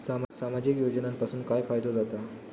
सामाजिक योजनांपासून काय फायदो जाता?